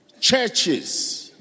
churches